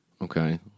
Okay